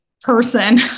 person